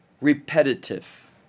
repetitive